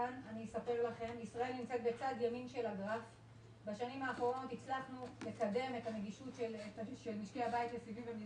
בשנים האחרונות הצלחנו לקדם את הנגישות של משקי הבית לסיבים.